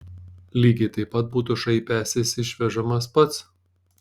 lygiai taip pat būtų šaipęsis išvežamas pats